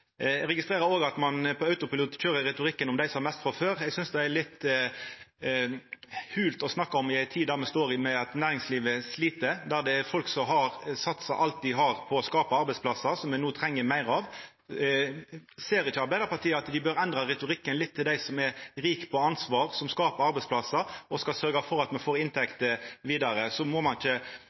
mest frå før. Eg synest det er litt hult å snakka om i den tida me står i, der næringslivet slit, der det er folk som har satsa alt dei har på å skapa arbeidsplassar som me no treng meir av. Ser ikkje Arbeidarpartiet at dei bør endra retorikken litt overfor dei som er rike på ansvar, som skaper arbeidsplassar og skal sørgja for at me får inntekter vidare? Då må ein ikkje